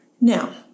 Now